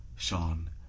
Sean